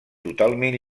totalment